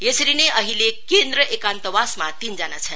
यसरी नै अहिले केन्द्र एकान्तवासमा तीनजना छन्